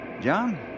John